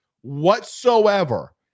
whatsoever